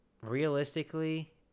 realistically